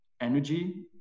energy